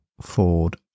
Ford